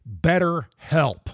BetterHelp